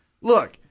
look